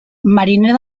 mariner